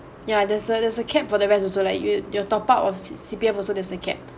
yeah there's like there's a cap for the rest also like you your top up of C_P_F also there's a cap